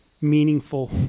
meaningful